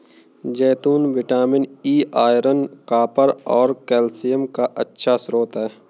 जैतून vitamin E, iron, copper और calcium का अच्छा स्रोत हैं